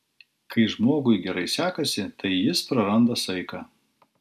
kai žmogui gerai sekasi tai jis praranda saiką